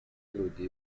люди